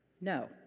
No